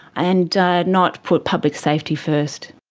and not put public safety first.